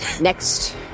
Next